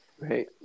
right